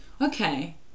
Okay